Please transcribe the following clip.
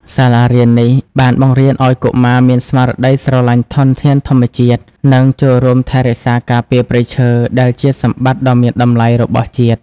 សាលារៀននេះបានបង្រៀនឱ្យកុមារមានស្មារតីស្រឡាញ់ធនធានធម្មជាតិ និងចូលរួមថែរក្សាការពារព្រៃឈើ ដែលជាសម្បត្តិដ៏មានតម្លៃរបស់ជាតិ។